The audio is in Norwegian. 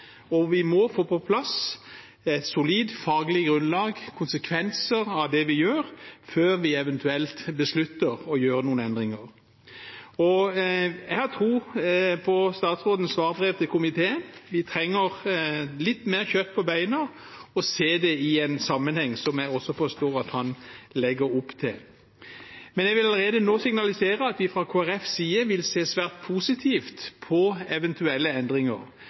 og vi må få på plass et solid faglig grunnlag, se på konsekvenser av det vi gjør, før vi eventuelt beslutter å gjøre noen endringer. Jeg har tro på statsrådens svarbrev til komiteen. Vi trenger litt mer kjøtt på beinet og å se det i en sammenheng, slik jeg også forstår at han legger opp til. Men jeg vil allerede nå signalisere at vi fra Kristelig Folkepartis side vil se svært positivt på eventuelle endringer,